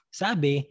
sabi